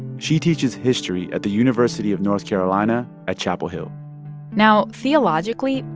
she teaches history at the university of north carolina at chapel hill now, theologically,